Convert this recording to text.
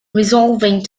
resolving